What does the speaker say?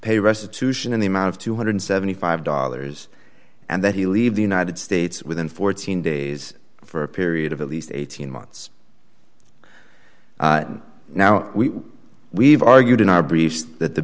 pay restitution in the amount of two hundred and seventy five dollars and that he leave the united states within fourteen days for a period of at least eighteen months now we we've argued in our briefs that the